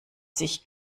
sich